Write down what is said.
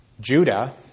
Judah